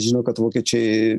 žino kad vokiečiai